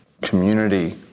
community